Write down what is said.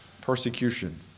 persecution